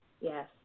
Yes